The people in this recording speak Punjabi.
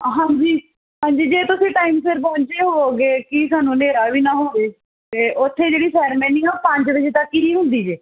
ਹਾਂਜੀ ਹਾਂਜੀ ਜੇ ਤੁਸੀਂ ਟਾਈਮ ਸਿਰ ਪਹੁੰਚੇ ਹੋਵੋਗੇ ਕਿ ਸਾਨੂੰ ਹਨੇਰਾ ਵੀ ਨਾ ਹੋਵੇ ਅਤੇ ਉੱਥੇ ਜਿਹੜੀ ਸੈਰਮਨੀ ਨਾ ਉਹ ਪੰਜ ਵਜੇ ਤੱਕ ਹੀ ਹੁੰਦੀ ਜੇ